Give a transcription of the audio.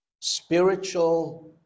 Spiritual